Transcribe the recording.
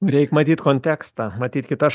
reik matyt kontekstą matyt kita